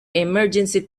emergency